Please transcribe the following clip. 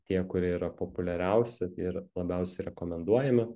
tie kurie yra populiariausi ir labiausiai rekomenduojami